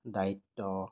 দায়িত্ব